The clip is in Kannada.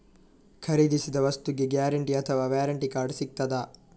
ಖರೀದಿಸಿದ ವಸ್ತುಗೆ ಗ್ಯಾರಂಟಿ ಅಥವಾ ವ್ಯಾರಂಟಿ ಕಾರ್ಡ್ ಸಿಕ್ತಾದ?